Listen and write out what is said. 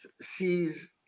sees